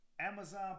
Amazon